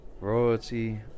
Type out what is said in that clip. royalty